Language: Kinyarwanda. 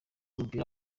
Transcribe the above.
w’umupira